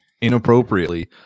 inappropriately